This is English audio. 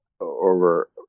over